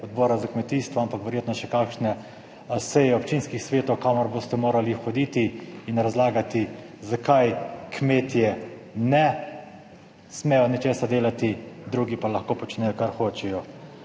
Odbora za kmetijstvo, ampak verjetno še kakšne seje občinskih svetov, kamor boste morali hoditi in razlagati zakaj kmetje ne smejo nečesa delati, drugi pa lahko počnejo kar hočejo.